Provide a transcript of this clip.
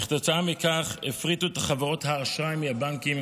וכתוצאה מכך הפרידו את חברות האשראי מהבנקים